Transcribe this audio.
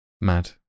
Mad